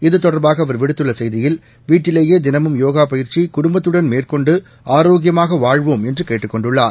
இது தொடா்பாக அவா் விடுத்துள்ள செய்தியில் வீட்டிலேயே தினமும் யோகா பயிற்சி குடும்பத்துடன் மேற்கொண்டு ஆரோக்கியமாக வாழ்வோம் என்று கேட்டுக் கொண்டுள்ளார்